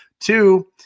Two